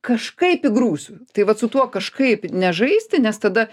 kažkaip įgrūsiu tai vat su tuo kažkaip nežaisti nes tada